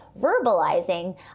verbalizing